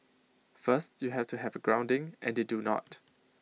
first you have to have A grounding and they do not